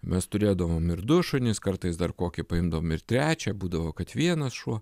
mes turėdavom ir du šunis kartais dar kokį paimdavom ir trečią būdavo kad vienas šuo